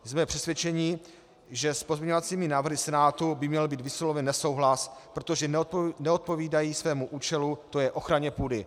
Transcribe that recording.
Jsme přesvědčeni, že s pozměňovacími návrhy Senátu by měl být vysloven nesouhlas, protože neodpovídají svému účelu, to je ochraně půdy.